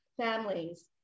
families